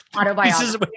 Autobiography